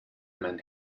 einen